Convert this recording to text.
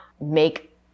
make